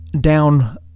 down